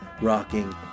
rocking